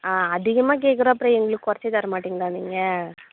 ஆ அதிகமாக கேட்குறோம் அப்புறம் எங்களுக்கு குறச்சு தர மாட்டிங்ளா நீங்கள்